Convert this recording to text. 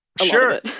Sure